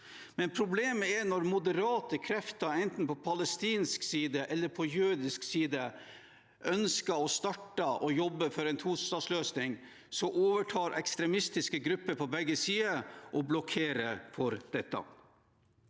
Problemet er at når moderate krefter, enten på palestinsk side eller på jødisk side, ønsker å starte jobben for en tostatsløsning, overtar ekstremistiske grupper på begge sider og blokkerer for dette.